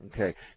Okay